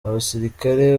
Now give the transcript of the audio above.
abasilikare